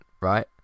right